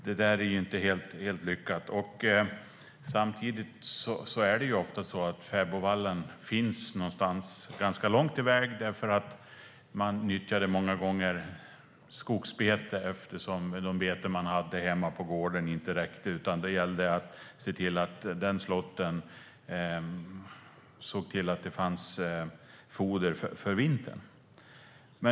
Det är inte helt lyckat. Fäbodvallen finns ofta någonstans långt borta, eftersom man velat nyttja skogsbetet. De beten man hade hemma på gården räckte inte alltid till, utan det gällde att se till att slåttern därifrån gav foder över vintern.